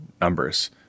numbers